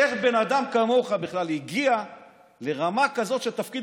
איך בן אדם כמוך בכלל הגיע לרמה כזאת של תפקיד